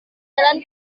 jalan